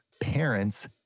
parents